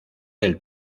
del